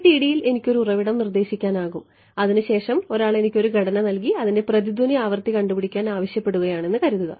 FDTD ൽ എനിക്ക് ഒരു ഉറവിടം നിർദ്ദേശിക്കാൻ കഴിയും അതിനുശേഷം ഒരാൾ എനിക്കൊരു ഘടന നൽകി അതിൻറെ പ്രതിധ്വനി ആവൃത്തി കണ്ടുപിടിക്കാൻ ആവശ്യപ്പെടുകയാണെന്ന് കരുതുക